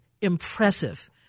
impressive